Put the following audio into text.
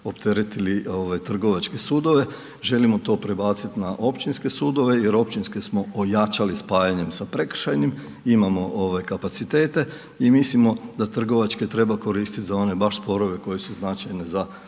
opteretili trgovačke sudove, želimo to prebaciti na općinske sudove, jer općinske smo ojačali spajanjem sa prekršajnim, imamo kapacitete i mislimo da trgovačke treba koristit za one baš sporove, koji su značajne za